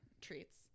treats